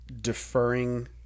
deferring